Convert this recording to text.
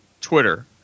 Twitter